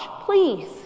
please